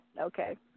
Okay